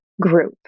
group